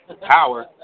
power